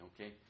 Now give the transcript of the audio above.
okay